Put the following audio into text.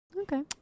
Okay